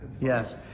yes